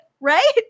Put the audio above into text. Right